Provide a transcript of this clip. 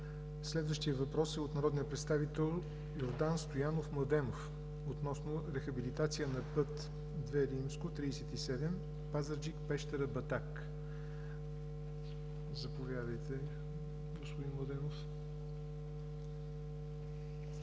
Следващият въпрос е от народния представител Йордан Стоянов Младенов относно рехабилитация на път II-37 Пазарджик – Пещера – Батак. Заповядайте, господин Младенов.